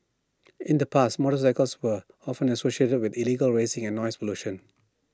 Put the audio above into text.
in the past motorcycles were often associated with illegal racing or noise pollution